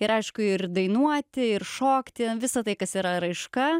ir aišku ir dainuoti ir šokti visa tai kas yra raiška